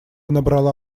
набрала